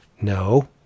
No